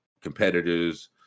competitors